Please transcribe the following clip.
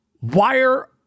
wire